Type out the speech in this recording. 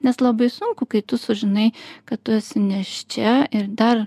nes labai sunku kai tu sužinai kad tu esi nėščia ir dar